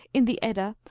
in the edda,